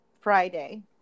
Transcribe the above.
Friday